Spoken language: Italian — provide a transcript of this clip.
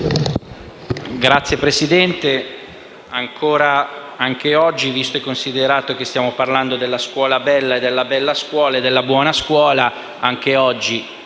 Signor Presidente, anche oggi, visto e considerato che stiamo parlando della scuola bella, della bella scuola e della buona scuola, il